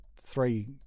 three